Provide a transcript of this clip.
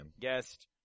guest